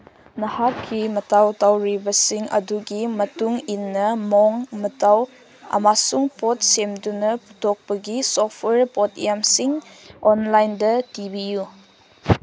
ꯅꯍꯥꯛꯀꯤ ꯃꯊꯧ ꯇꯧꯔꯤꯕꯁꯤꯡ ꯑꯗꯨꯒꯤ ꯃꯇꯨꯡꯏꯟꯅ ꯃꯑꯣꯡ ꯃꯇꯧ ꯑꯃꯁꯨꯡ ꯄꯣꯠ ꯁꯦꯝꯗꯨꯅ ꯄꯨꯊꯣꯛꯄꯒꯤ ꯁꯣꯞꯋꯦꯌꯔ ꯄꯣꯠ ꯌꯥꯝꯁꯤꯡ ꯑꯣꯟꯂꯥꯏꯟꯗ ꯊꯤꯕꯤꯌꯨ